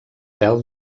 pèl